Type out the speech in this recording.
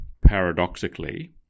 paradoxically